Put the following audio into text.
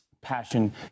passion